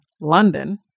London